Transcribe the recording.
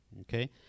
Okay